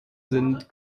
sind